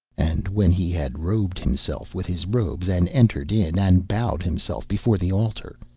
and when he had robed himself with his robes, and entered in and bowed himself before the altar,